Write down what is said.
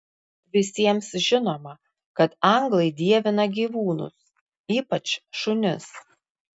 visiems žinoma kad anglai dievina gyvūnus ypač šunis